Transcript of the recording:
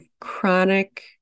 chronic